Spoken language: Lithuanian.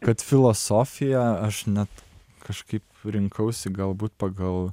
kad filosofija aš net kažkaip rinkausi galbūt pagal